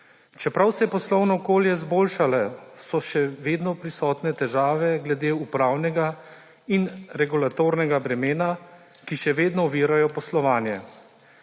Čeprav se je poslovno okolje izboljšalo, so še vedno prisotne težave glede upravnega in regulatornega bremena, ki še vedno ovirajo poslovanje.